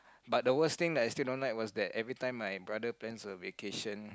but the worst thing that I still don't like was that every time my brother planes the vacation